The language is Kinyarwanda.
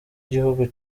gihugu